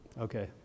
Okay